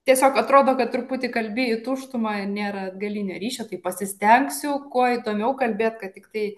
tiesiog atrodo kad truputį kalbi į tuštuma nėra atgalinio ryšio taip pasistengsiu kuo įdomiau kalbėt kad tiktai